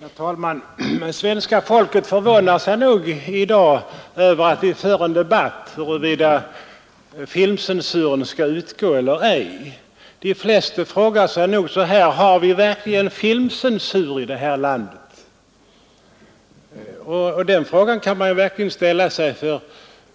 Herr talman! Svenska folket förvånar sig nog i dag över att vi har en debatt om huruvida filmcensuren skall utgå eller ej. De flesta frågar sig nog: Har vi verkligen filmcensur i det här landet? Den frågan kan man verkligen ställa sig, för